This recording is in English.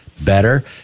better